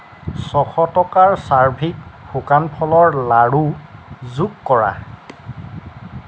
ছশ টকাৰ চাৰ্ভিক শুকান ফলৰ লাড়ু যোগ কৰা